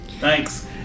Thanks